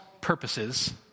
purposes